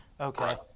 okay